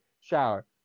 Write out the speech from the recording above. shower